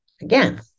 again